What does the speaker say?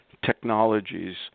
technologies